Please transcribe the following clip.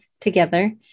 together